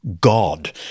God